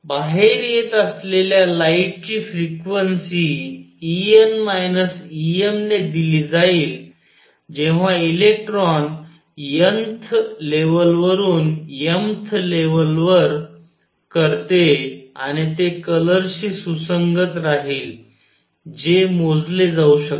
बाहेर येत असलेल्या लाइट ची फ्रिक्वेन्सी En Em ने दिली जाईल जेव्हा इलेक्ट्रॉन nth लेवलवरून mth लेवलवर करते आणि ते कलर शी सुसंगत राहील जे मोजले जाऊ शकते